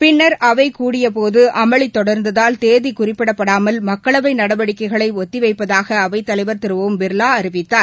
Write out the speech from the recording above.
பின்னர் அவை கூடியபோது அமளி தொடர்ந்ததால் தேதி குறிப்பிடாமல் மக்களவை நடவடிக்கைகளை ஒத்தி வைப்பதாக அவைத்தலைவர் திரு ஒம் பிர்லா அறிவித்தார்